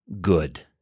good